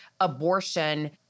abortion